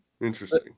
interesting